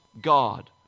God